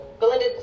Belinda